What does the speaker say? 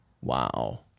Wow